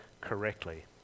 correctly